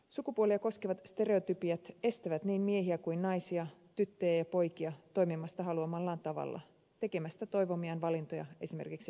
sukupuolia koskevat stereotypiat estävät niin miehiä kuin naisia tyttöjä ja poikia toimimasta haluamallaan tavalla tekemästä toivomiaan valintoja esimerkiksi ammattien suhteen